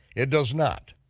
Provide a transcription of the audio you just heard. it does not,